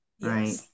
Right